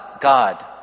God